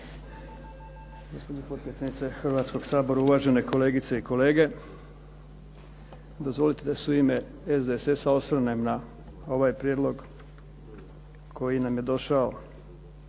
Hrvatskog sabora, uvažene kolegice i kolege. Dozvolite da se u ime SDSS-a osvrnem na ovaj prijedlog koji nam je došao